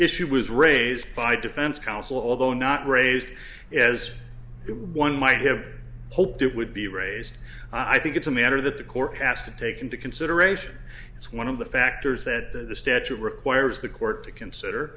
issue was raised by defense counsel although not raised as it one might have hoped it would be raised i think it's a matter that the court has to take into consideration it's one of the factors that the statute requires the court to consider